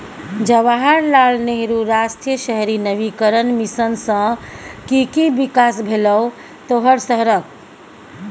जवाहर लाल नेहरू राष्ट्रीय शहरी नवीकरण मिशन सँ कि कि बिकास भेलौ तोहर शहरक?